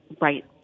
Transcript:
Right